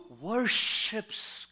worships